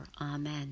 Amen